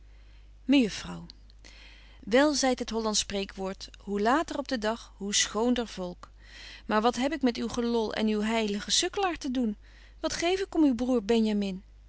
wel zeit het hollandsch spreekwoord hoe later op den dag hoe schoonder volk maar wat heb ik met uw gelol en uw heilige sukkelaar te doen wat geef ik om uw broêr benjamin